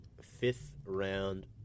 fifth-round